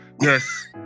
Yes